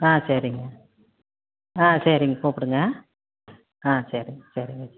ஆ சரிங்க ஆ சரிங்க கூப்பிடுங்க ஆ சரிங்க சரிங்க வச்